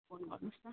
phone गर्नु होस् न